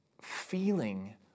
feeling